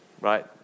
Right